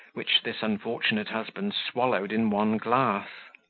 which this unfortunate husband swallowed in one glass.